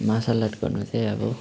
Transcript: martial art गर्नु चाहिँ अब